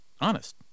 Honest